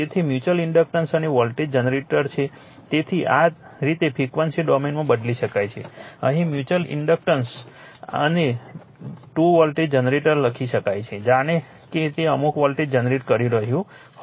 તેથી mutual inductance અને voltage generator છે તેથી આ રીતે ફ્રિક્વન્સી ડોમેનમાં બદલી શકાય છે અહીં મ્યુચ્યુઅલ ઇન્ડક્ટન્સ અને ર વોલ્ટેજ જનરેટર લખી શકાય છે જાણે તે અમુક વોલ્ટેજ જનરેટ કરી રહ્યું હોય